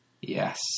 Yes